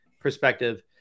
perspective